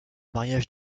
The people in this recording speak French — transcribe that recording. mariage